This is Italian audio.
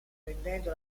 rendendo